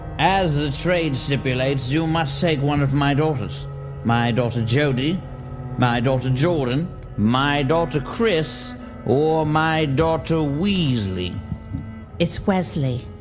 as the trade stipulates you must take one of my daughters my daughter jody my daughter jordan my daughter chris or my daughter weasley it's wesley